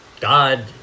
God